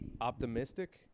Optimistic